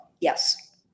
Yes